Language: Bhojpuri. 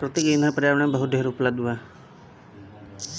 प्राकृतिक ईंधन पर्यावरण में बहुत ढेर उपलब्ध बा